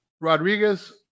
Rodriguez